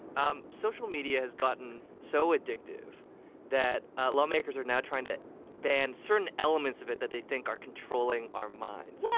um social media has gotten so addictive that lawmakers are now trying to ban certain elements of it that they think are controlling our minds. yeah